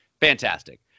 Fantastic